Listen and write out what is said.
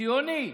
ציוני.